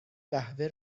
قهوه